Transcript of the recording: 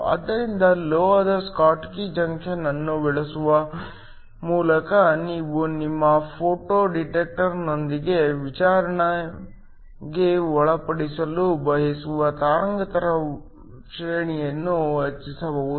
ಆದ್ದರಿಂದ ಲೋಹದ Schottky junction ಅನ್ನು ಬಳಸುವ ಮೂಲಕ ನೀವು ನಿಮ್ಮ ಫೋಟೋ ಡಿಟೆಕ್ಟರ್ನೊಂದಿಗೆ ವಿಚಾರಣೆಗೆ ಒಳಪಡಿಸಲು ಬಯಸುವ ತರಂಗಾಂತರ ಶ್ರೇಣಿಯನ್ನು ಹೆಚ್ಚಿಸಬಹುದು